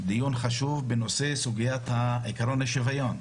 דיון חשוב בסוגיית עיקרון השוויון,